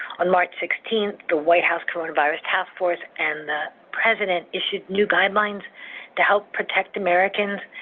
on march sixteenth, the white house coronavirus task force and the president issued new guidelines to help protect americans.